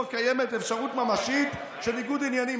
קיימת אפשרות ממשית של ניגוד עניינים".